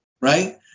right